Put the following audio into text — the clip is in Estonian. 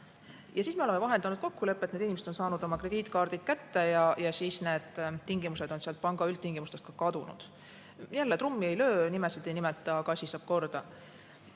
Siis olemegi vahendanud kokkulepet, need inimesed on saanud oma krediitkaardid kätte ja need piirangud on panga üldtingimustest ka kadunud. Jällegi, trummi ei löö, nimesid ei nimeta, aga asi saab korda.